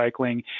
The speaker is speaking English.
recycling